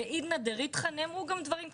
בעדנא דריתחא נאמרו גם דברים קשים,